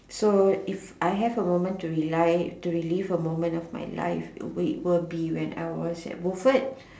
so if I have a moment to relive to relive a moment of my life it will be when I was at Wilford